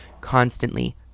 constantly